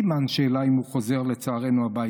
סימן שאלה אם הוא חוזר הביתה.